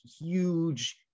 huge